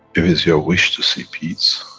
if it's your wish to see peace,